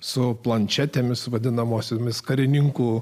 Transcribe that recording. su planšetėmis vadinamosiomis karininkų